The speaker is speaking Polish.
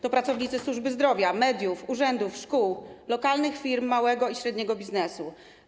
To pracownicy służby zdrowia, mediów, urzędów, szkół, lokalnych firm małego i średniego biznesu.